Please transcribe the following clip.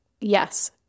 Yes